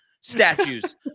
statues